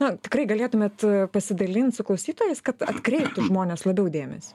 na tikrai galėtumėt pasidalint su klausytojais kad atkreiptų žmonės labiau dėmesį